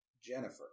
Jennifer